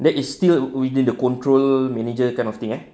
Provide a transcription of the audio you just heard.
that is still within the control manager kind of thing